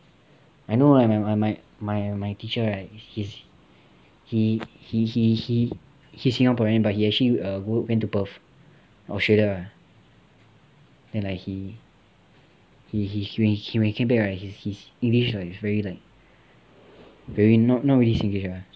I know like my my teacher right he's he he he he's singaporean but he actually err went to perth australia ah and like he he when he came back right his english right is very like very not really singlish lah